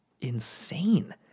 insane